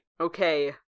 Okay